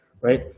right